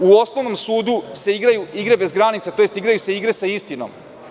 U Osnovnom sudu se igraju igre bez granica, tj. igraju se igre sa istinom.